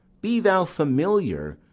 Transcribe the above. be thou familiar,